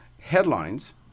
headlines